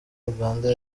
uganda